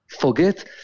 forget